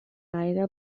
gaire